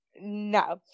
No